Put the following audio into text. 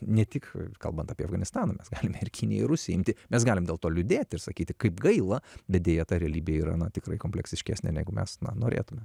ne tik kalbant apie afganistaną mes galime ir kiniją ir rusiją imti mes galim dėl to liūdėti ir sakyti kaip gaila bet deja ta realybė yra na tikrai kompleksiškesnė negu mes na norėtume